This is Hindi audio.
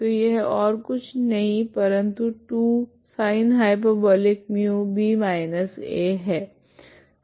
तो यह ओर कुछ नहीं परंतु 2sinh μb−a है